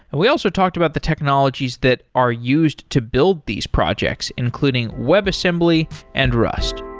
and we also talked about the technologies that are used to build these projects, including webassembly and rust.